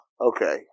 Okay